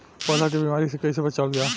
पौधा के बीमारी से कइसे बचावल जा?